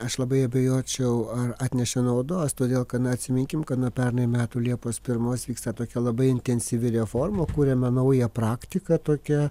aš labai abejočiau ar atnešė naudos todėl kad na atsiminkim kad nuo pernai metų liepos pirmos vyksta tokia labai intensyvi reforma kuriame naują praktiką tokia